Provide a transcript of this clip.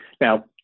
now